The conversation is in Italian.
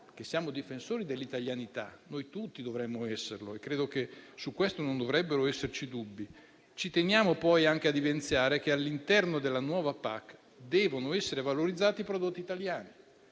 siamo difensori dell'italianità - tutti dovremmo esserlo e credo che su questo non dovrebbero esserci dubbi - ci teniamo poi anche ad evidenziare che all'interno della nuova PAC devono essere valorizzati i prodotti italiani,